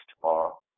tomorrow